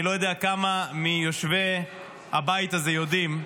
אני לא יודע כמה מיושבי הבית הזה יודעים,